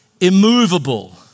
immovable